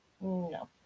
No